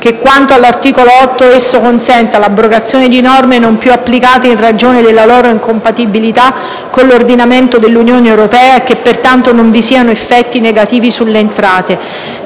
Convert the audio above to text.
che, quanto all'articolo 8, esso consenta l'abrogazione di norme non più applicate in ragione della loro incompatibilità con l'ordinamento dell'Unione europea e che pertanto non vi siano effetti negativi sulle entrate;